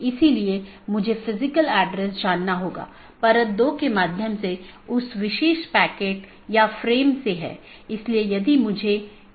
इसलिए सूचनाओं को ऑटॉनमस सिस्टमों के बीच आगे बढ़ाने का कोई रास्ता होना चाहिए और इसके लिए हम BGP को देखने की कोशिश करते हैं